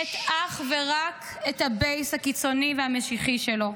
לשרת אך ורק את הבייס הקיצוני והמשיחי שלו: